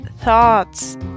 thoughts